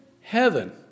heaven